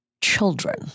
children